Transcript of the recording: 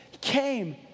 came